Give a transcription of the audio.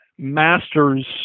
masters